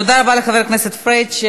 תודה רבה לחבר הכנסת פריג'.